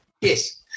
Yes